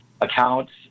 accounts